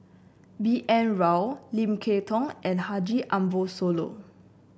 B N Rao Lim Kay Tong and Haji Ambo Sooloh